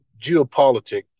geopolitics